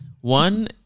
One